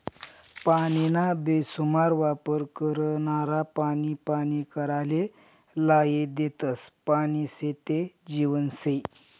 पानीना बेसुमार वापर करनारा पानी पानी कराले लायी देतस, पानी शे ते जीवन शे